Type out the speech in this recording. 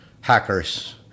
hackers